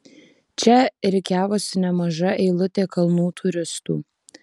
čia rikiavosi nemaža eilutė kalnų turistų